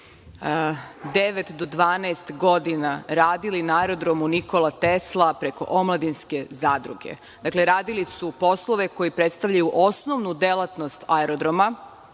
dvanaest godina radili na Aerodromu „Nikola Tesla“ preko omladinske zadruge. Dakle, radili su poslove koji predstavljaju osnovnu delatnost aerodroma. Dakle